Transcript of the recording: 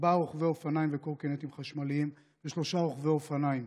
ארבעה רוכבי אופניים וקורקינטים חשמליים ושלושה רוכבי אופניים.